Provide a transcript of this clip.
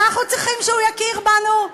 אנחנו צריכים שהוא יכיר בנו?